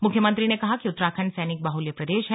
मुख्यमंत्री ने कहा कि उत्तराखंड सैनिक बाहुल्य प्रदेश है